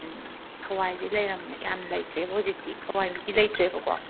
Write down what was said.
ꯍꯋꯥꯏꯗꯤ ꯂꯩꯔꯝꯃꯦ ꯌꯥꯝ ꯂꯩꯇ꯭ꯔꯦꯕ ꯍꯧꯖꯤꯛꯇꯤ ꯍꯋꯥꯏ ꯃꯨꯕꯤꯗꯤ ꯂꯩꯇ꯭ꯔꯦꯕꯀꯣ